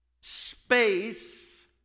space